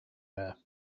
there